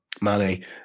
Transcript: Mane